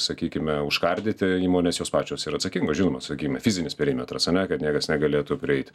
sakykime užkardyti įmones jos pačios yra atsakingos žinoma sakykime fizinis perimetras ar ne kad niekas negalėtų prieit